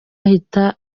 ahita